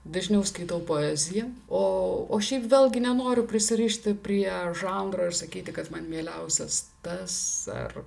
dažniau skaitau poeziją o o šiaip vėlgi nenoriu prisirišti prie žanro ir sakyti kad man mieliausias tas ar